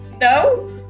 No